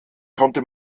konnte